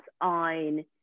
on